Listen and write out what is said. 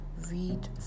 read